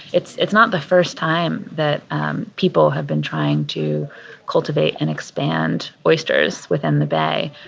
it's it's not the first time that people have been trying to cultivate and expand oysters within the bay.